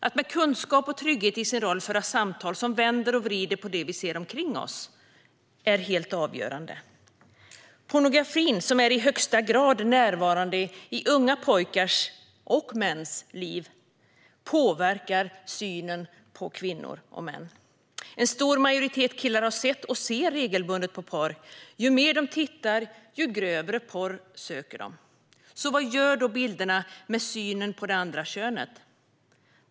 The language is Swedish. Att med kunskap och trygghet i sin roll föra samtal som vänder och vrider på det vi ser omkring oss är helt avgörande. Pornografin, som är i högsta grad närvarande i unga pojkars och mäns liv, påverkar synen på kvinnor och män. En stor majoritet killar har sett och ser regelbundet på porr. Ju mer de tittar, desto grövre porr söker de. Vad gör då bilderna med synen på det andra könet?